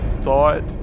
thought